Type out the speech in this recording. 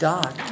God